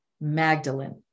Magdalene